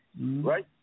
Right